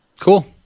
Cool